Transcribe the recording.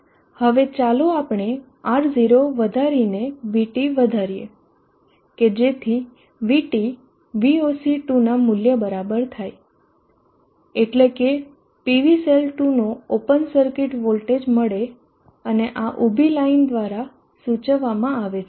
હવે ચાલો આપણે R0 વધારીને VT વધારીએ કે જેથી VT VOC2 નાં મૂલ્ય બરાબર થાય એટલે કે PV સેલ2 નો ઓપન સર્કિટ વોલ્ટેજ મળે અને આ ઉભી લાઈન દ્વારા સૂચવવામાં આવે છે